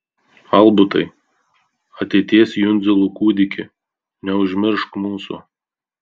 albutai ateities jundzilų kūdiki neužmiršk mūsų